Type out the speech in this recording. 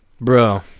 Bro